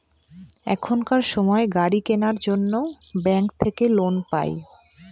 এখনকার সময় গাড়ি কেনার জন্য ব্যাঙ্ক থাকে লোন পাই